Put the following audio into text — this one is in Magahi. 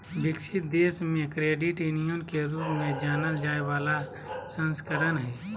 विकसित देश मे क्रेडिट यूनियन के रूप में जानल जाय बला संस्करण हइ